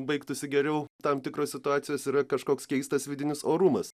baigtųsi geriau tam tikros situacijos yra kažkoks keistas vidinis orumas